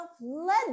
led